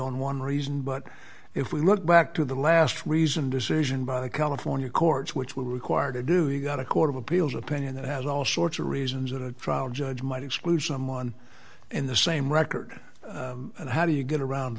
on one reason but if we look back to the last reasoned decision by the california courts which we were required to do he got a court of appeals opinion that has all sorts of reasons that a trial judge might exclude someone in the same record and how do you get around